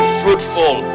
fruitful